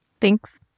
Thanks